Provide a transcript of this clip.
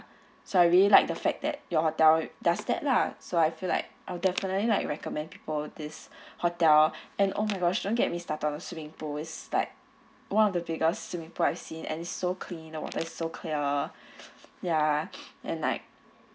so I really like the fact that your hotel does that lah so I feel like I'll definitely like recommend people this hotel and !oh! my gosh don't get me started on a swimming pools like one of the biggest swimming pool I've seen and so clean the water so clear ya and like